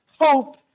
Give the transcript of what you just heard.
hope